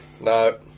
No